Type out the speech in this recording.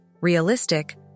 realistic